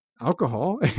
alcohol